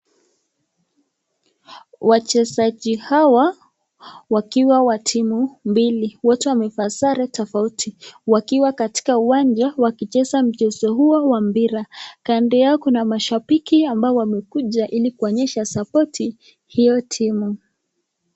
Wachezaji hawa wakiwa wa timu mbili, wote wamevaa sare tofauti wakiwa katika uwanja wakicheza mchezo huo wa mpira. Kando yao kuna mashabiki ambao wamekuja ili kuonyesha support hiyo timu.